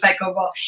recyclable